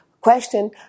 question